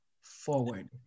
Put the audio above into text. forward